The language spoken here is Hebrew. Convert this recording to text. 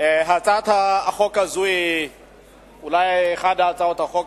הצעת החוק הזאת היא אולי אחת מהצעות החוק